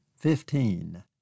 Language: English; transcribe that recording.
Fifteen